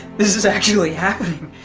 this is actually happening.